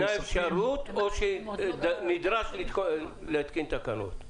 ניתנה אפשרות או שהוא נדרש להתקין תקנות?